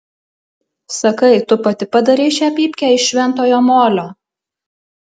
sakai tu pati padarei šią pypkę iš šventojo molio